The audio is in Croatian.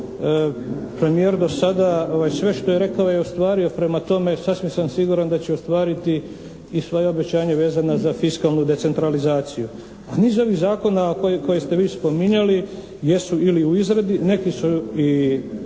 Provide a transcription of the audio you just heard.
Premijer do sada sve što je rekao je ostvario, prema tome sasvim sam siguran da će ostvariti i svoja obećanja vezana za fiskalnu decentralizaciju, a niz ovih zakona koje ste vi spominjali jesu ili u izradi, neki su